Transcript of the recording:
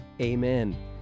Amen